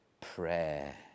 prayer